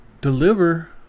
deliver